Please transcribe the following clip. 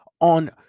on